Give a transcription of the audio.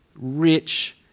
rich